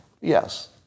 Yes